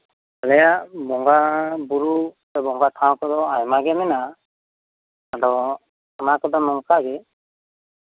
ᱟᱞᱮᱭᱟᱜ ᱵᱚᱸᱜᱟ ᱵᱩᱨᱩ ᱵᱚᱸᱜᱟ ᱴᱷᱟᱶ ᱫᱚ ᱟᱭᱢᱟᱜᱮ ᱢᱮᱱᱟᱜᱼᱟ ᱱᱚᱝᱠᱟᱜᱮ